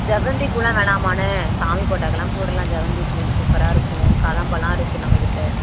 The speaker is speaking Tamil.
செவ்வந்தி பூவெலாம் வேணாமாண்ணே சாமி ஃபோட்டோக்கெலாம் போடலாம் செவ்வந்தி பூ சூப்பராக இருக்கும் கதம்பலாம் இருக்குது நம்பக்கிட்ட